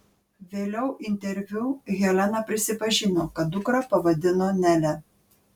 vėliau interviu helena prisipažino kad dukrą pavadino nele